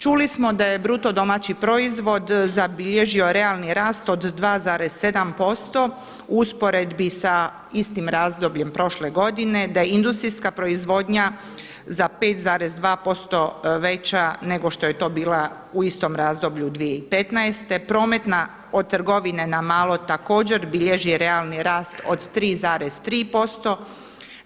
Čuli smo da je BDP zabilježio realni rast od 2,7% u usporedbi sa istim razdobljem prošle godine, da je industrijska proizvodnja za 5,2% veća nego što je to bila u istom razdoblju 2015., prometna od trgovine na malo također bilježi realni rast od 3,3%